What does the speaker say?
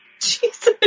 Jesus